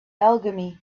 alchemy